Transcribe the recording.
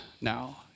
now